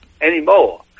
anymore